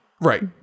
right